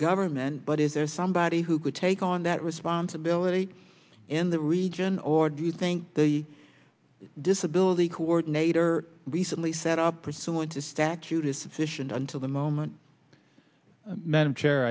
government but is there somebody who could take on that responsibility in the region or do you think the disability coordinator recently set up pursuant to statute is sufficient unto the moment madam chair